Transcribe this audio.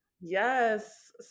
Yes